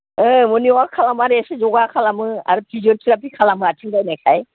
morning अवाक खालामनानै एसे योगा खालामो आरो आथिं बायनायखाय